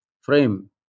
frame